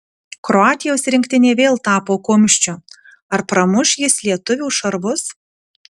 kroatijos rinktinė vėl tapo kumščiu ar pramuš jis lietuvių šarvus